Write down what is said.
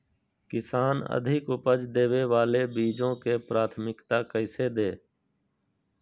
किसान अधिक उपज देवे वाले बीजों के प्राथमिकता कैसे दे?